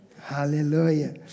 Hallelujah